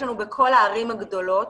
יש לנו בכל הערים הגדולות,